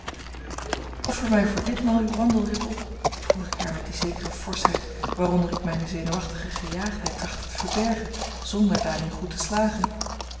mij voor ditmaal uw wandelrit op vroeg ik haar met die zekere forschheid waaronder ik mijne zenuwachtige gejaagdheid trachtte te verbergen zonder daarin goed te slagen